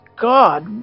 God